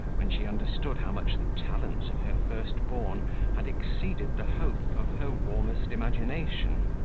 when she understood how much the talents of her first-born had exceeded the hope of her warmest imagination.